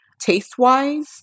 taste-wise